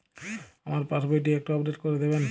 আমার পাসবই টি একটু আপডেট করে দেবেন?